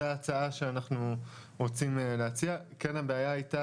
זו ההצעה שאנחנו רוצים להציע' כן הבעיה הייתה